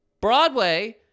Broadway